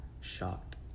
shocked